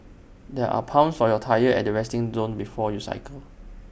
there are pumps for your tyres at the resting zone before you cycle